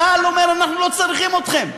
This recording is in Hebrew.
צה"ל אומר: אנחנו לא צריכים אתכם.